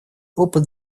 опыт